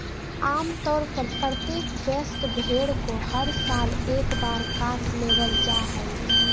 आम तौर पर प्रत्येक वयस्क भेड़ को हर साल एक बार काट लेबल जा हइ